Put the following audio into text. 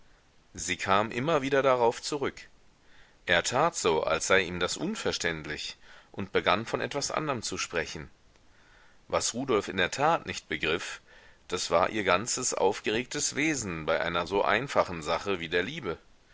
sie kam immer wieder darauf zurück er tat so als sei ihm das unverständlich und begann von etwas anderm zu sprechen was rudolf in der tat nicht begriff das war ihr ganzes aufgeregtes wesen bei einer so einfachen sache wie der liebe